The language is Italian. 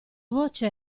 voce